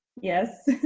Yes